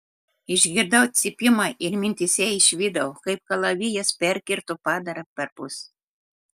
išgirdau cypimą ir mintyse išvydau kaip kalavijas perkirto padarą perpus